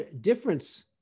difference